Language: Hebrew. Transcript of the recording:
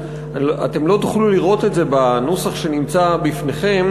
אתם לא תוכלו לראות את זה בנוסח שנמצא בפניכם,